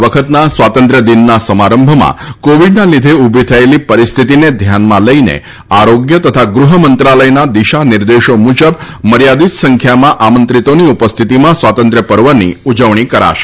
આ વખતના સ્વાતંત્ર્ય દિનના સમારંભમાં કોવિડના લીધે ઊભી થયેલી પરિસ્થિતિને ધ્યાનમાં લઈને આરોગ્ય તથા ગૃહમંત્રાલયના દિશા નિર્દેશો મુજબ મર્યાદિત સંખ્યામાં આમંત્રિતોની ઉપસ્થિતિમાં સ્વાતંત્ર્યપર્વની ઉજવણી કરાશે